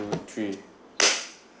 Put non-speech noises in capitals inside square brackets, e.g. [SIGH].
two three [NOISE]